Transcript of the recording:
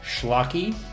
schlocky